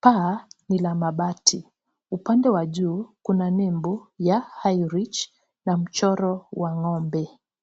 paa ni la mabati upande wa juu kuna nembo ya highridge na mchoro wa ng'ombe.